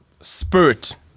spirit